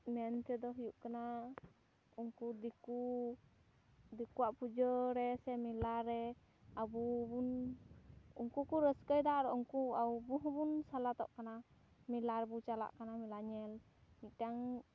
ᱢᱮᱱ ᱛᱮᱫᱚ ᱦᱩᱭᱩᱜ ᱠᱟᱱᱟ ᱩᱱᱠᱩ ᱫᱤᱠᱩ ᱫᱤᱠᱩᱣᱟᱜ ᱯᱩᱡᱟᱹ ᱨᱮᱥᱮ ᱢᱮᱞᱟ ᱨᱮ ᱟᱵᱚ ᱵᱚᱱ ᱩᱱᱠᱩ ᱠᱚ ᱨᱟᱹᱥᱠᱟᱹᱭᱮᱫᱟ ᱟᱨ ᱩᱱᱠᱩ ᱟᱵᱚ ᱦᱚᱸᱵᱚᱱ ᱥᱟᱞᱟᱫᱚ ᱠᱟᱱᱟ ᱢᱮᱞᱟ ᱨᱮᱵᱚ ᱪᱟᱞᱟᱜ ᱠᱟᱱᱟ ᱢᱮᱞᱟ ᱧᱮᱞ ᱢᱤᱫᱴᱟᱝ